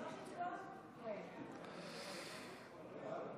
דמי אבטלה למי שנמצא בהכשרה מקצועית) של חבר הכנסת איתן גינזבורג.